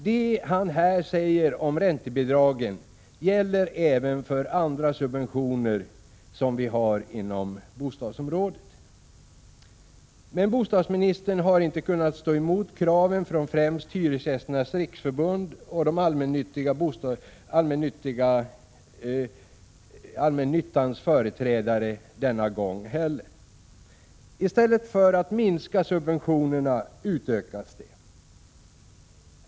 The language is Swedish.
Det han här säger om räntebidragen gäller även för andra subventioner inom bostadsområdet. Men bostadsministern har inte kunnat stå emot kraven från främst Hyresgästernas riksförbund och allmännyttans företrädare denna gång heller. I stället för att minska subventionerna utökar man dem.